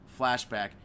flashback